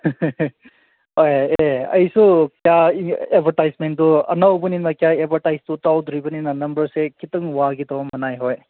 ꯍꯣꯏ ꯑꯦ ꯑꯩꯁꯨ ꯑꯦꯠꯚꯔꯇꯥꯏꯖꯃꯦꯟꯗꯣ ꯑꯅꯧꯕꯅꯤꯅ ꯀꯌꯥ ꯑꯦꯠꯚꯔꯇꯥꯏꯖꯇꯨ ꯇꯧꯗ꯭ꯔꯤꯕꯅꯤꯅ ꯅꯝꯕꯔꯁꯦ ꯋꯥꯒꯦ ꯋꯥꯒꯦ ꯇꯧꯕ ꯃꯥꯟꯅꯩ ꯍꯣꯏ